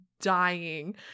dying